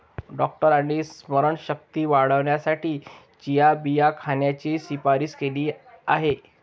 डॉक्टरांनी स्मरणशक्ती वाढवण्यासाठी चिया बिया खाण्याची शिफारस केली आहे